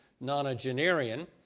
nonagenarian